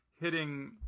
hitting